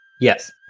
Yes